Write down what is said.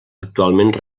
actualment